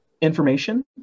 information